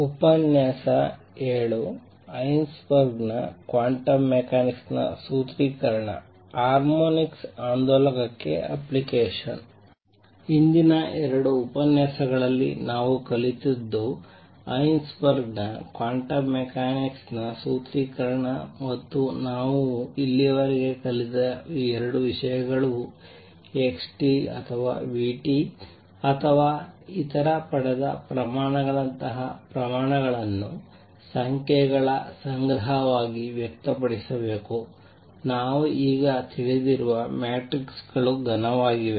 Heisenberg ನ quantum mechanics ನ ಸೂತ್ರೀಕರಣ ಹಾರ್ಮೋನಿಕ್ ಆಂದೋಲಕಕ್ಕೆ ಅಪ್ಲಿಕೇಶನ್ ಹಿಂದಿನ 2 ಉಪನ್ಯಾಸಗಳಲ್ಲಿ ನಾವು ಕಲಿತದ್ದು ಹೈಸೆನ್ಬರ್ಗ್ ನ ಕ್ವಾಂಟಮ್ ಮೆಕ್ಯಾನಿಕ್ಸ್ ನ ಸೂತ್ರೀಕರಣ ಮತ್ತು ನಾವು ಇಲ್ಲಿಯವರೆಗೆ ಕಲಿತ 2 ವಿಷಯಗಳು xt ಅಥವಾ vt ಅಥವಾ ಇತರ ಪಡೆದ ಪ್ರಮಾಣಗಳಂತಹ ಪ್ರಮಾಣಗಳನ್ನು ಸಂಖ್ಯೆಗಳ ಸಂಗ್ರಹವಾಗಿ ವ್ಯಕ್ತಪಡಿಸಬೇಕು ನಾವು ಈಗ ತಿಳಿದಿರುವ ಮ್ಯಾಟ್ರಿಕ್ಸ್ಗಳು ಘನವಾಗಿವೆ